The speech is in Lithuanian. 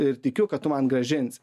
ir tikiu kad tu man grąžinsi